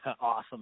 Awesome